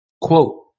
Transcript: quote